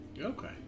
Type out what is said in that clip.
Okay